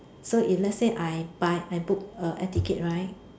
so if let's say I buy I book a air ticket right